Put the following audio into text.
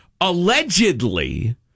allegedly